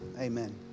Amen